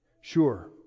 Sure